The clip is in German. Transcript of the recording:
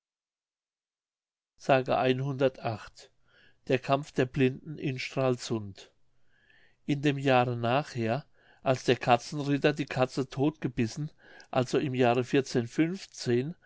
s der kampf der blinden in stralsund in dem jahre nachher als der katzenritter die katze todt gebissen also im jahre